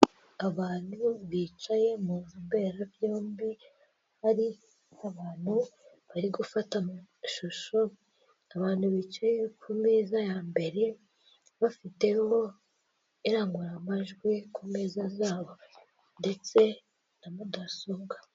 Abantu bicaye mu nzu mberabyombi hari abantu bari gufata amashusho, abantu bicaye ku meza ya mbere bafitemo irangurumajwi ku meza zabo ndetse na mudasobwa.